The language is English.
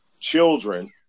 children